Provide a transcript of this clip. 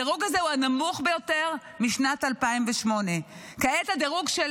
הדירוג הזה הוא הנמוך ביותר משנת 2008. כעת הדירוג של